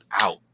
out